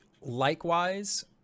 likewise